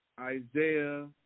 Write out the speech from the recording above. Isaiah